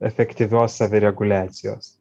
efektyvios savireguliacijos